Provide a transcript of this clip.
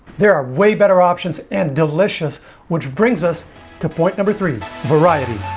there are way better options and delicious which brings us to point number three varieties